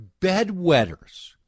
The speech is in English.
bedwetters